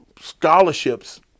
scholarships